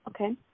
Okay